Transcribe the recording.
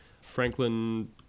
Franklin